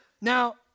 Now